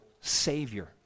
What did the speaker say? Savior